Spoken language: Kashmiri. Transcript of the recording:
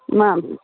نہَ